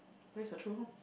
where is the true home